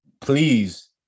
please